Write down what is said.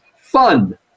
FUN